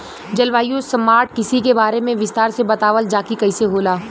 जलवायु स्मार्ट कृषि के बारे में विस्तार से बतावल जाकि कइसे होला?